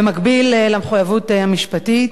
במקביל למחויבות המשפטית,